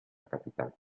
capital